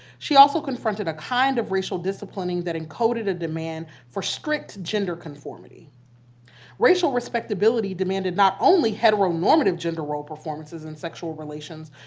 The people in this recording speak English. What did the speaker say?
she also confronted a kind of racial disciplining that uncoated a demand for strict gender conformity racial respectability demanded not only heteronormative gender role performances and sexual relations,